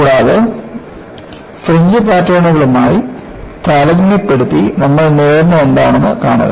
കൂടാതെ ഫ്രിഞ്ച് പാറ്റേണുകളുമായി താരതമ്യപ്പെടുത്തി നമ്മൾ നേടുന്നതെന്താണെന്ന് കാണുക